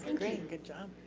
and great, good job.